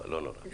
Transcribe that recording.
אבל לא נורא.